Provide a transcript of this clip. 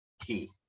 key